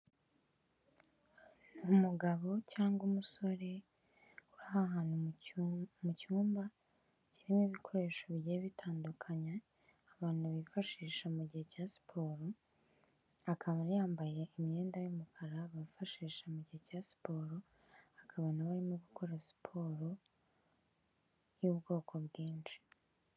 Umugabo cyangwa umusore uri ahantu mu cyumba kirimo ibikoresho bigiye bitandukanya, abantu bifashisha mu gihe cya siporo, akaba yambaye imyenda y'umukara bifashisha mugihe cya siporo, akaba nawe ari gukora siporo y'ubwoko bwinshi.